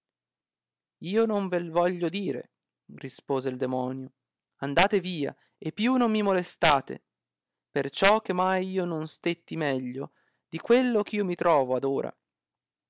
io non ve voglio dire rispose il demonio andate via e più non mi molestate perciò che mai io non stetti meglio di quello eh io mi trovo ad ora